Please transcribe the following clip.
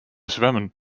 zwemmen